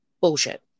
Bullshit